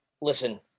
listen